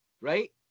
right